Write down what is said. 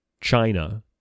China